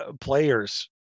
players